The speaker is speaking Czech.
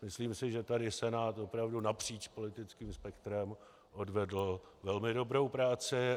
Myslím si, že tady Senát opravdu napříč politickým spektrem odvedl velmi dobrou práci.